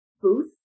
Booth